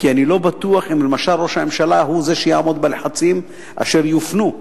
כי אני לא בטוח אם ראש הממשלה הוא זה שיעמוד בלחצים אשר יופנו אליו,